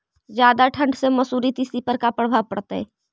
जादा ठंडा से मसुरी, तिसी पर का परभाव पड़तै?